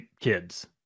kids